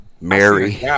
mary